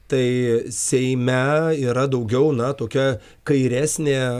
tai seime yra daugiau na tokia kairesnė